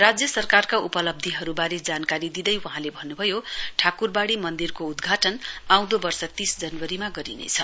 राज्य सरकारका उपलब्धीहरूबारे जानकारी दिँदै वहाँले भन्न्भयो ठाक्रवाड़ी मन्दिरको उद्घाटन आउँदो वर्ष तीस जनवरीमा गरिनेछ